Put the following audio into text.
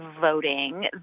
voting